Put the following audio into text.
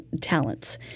talents